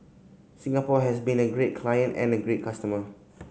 Singapore has been a great client and a great customer